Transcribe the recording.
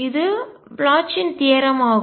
இது ப்ளாச்சின் தியரம் தேற்றம் ஆகும்